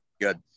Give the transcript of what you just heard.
good